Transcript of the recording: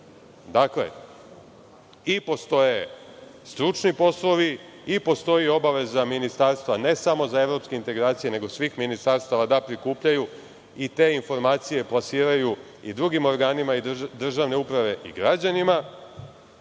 Dakle, postoje i stručni poslovi, postoji i obaveza ministarstva, ne samo za evropske integracije, nego svih ministarstava, da prikupljaju i te informacije plasiraju i drugim organima i državne uprave i građanima